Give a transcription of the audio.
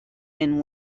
and